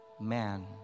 Man